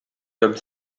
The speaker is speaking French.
comme